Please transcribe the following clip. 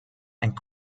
and